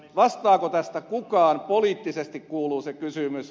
vastaako tästä kukaan poliittisesti kuuluu se kysymys